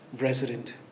resident